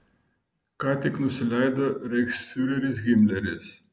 ką tik nusileido reichsfiureris himleris